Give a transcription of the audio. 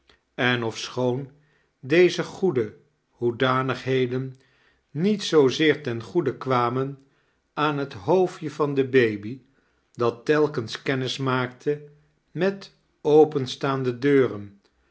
en ofschoon deze goede hoedanighe den niet zoozear ten goede kwamen aan het hoofdje van de baby dat telkens kennis maakte met operistaande deuren